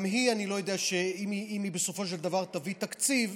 אני לא יודע אם גם היא בסופו של דבר תביא תקציב,